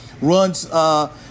runs